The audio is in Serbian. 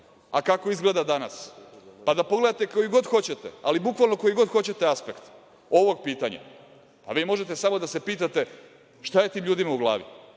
a kako izgleda danas, pa da pogledate koji god hoćete, ali bukvalno koji god hoćete apsekt ovog pitanja vi možete samo da se pitate – šta je tim ljudima u glavi?